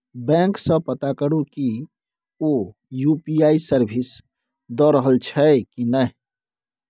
bank सँ पता करु कि ओ यु.पी.आइ सर्विस दए रहल छै कि नहि